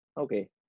okay